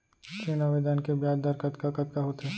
ऋण आवेदन के ब्याज दर कतका कतका होथे?